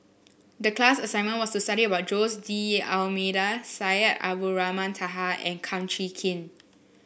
the class assignment was to study about Jose D'Almeida Syed Abdulrahman Taha and Kum Chee Kin